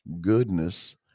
goodness